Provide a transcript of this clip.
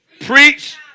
preach